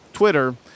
twitter